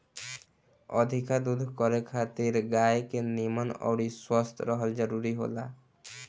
अधिका दूध करे खातिर गाय के निमन अउरी स्वस्थ रहल जरुरी होला